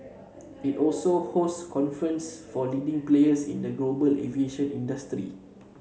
it also host conference for leading players in the global aviation industry